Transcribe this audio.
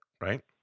right